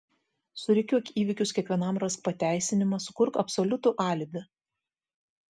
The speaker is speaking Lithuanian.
surikiuok įvykius kiekvienam rask pateisinimą sukurk absoliutų alibi